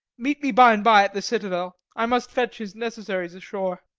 meet me by and by at the citadel i must fetch his necessaries ashore.